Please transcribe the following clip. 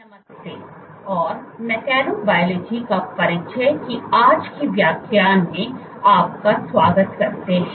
नमस्ते और mechanobiology का परिचय की आज की व्याख्यान मैं आपका स्वागत करते हैं